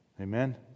Amen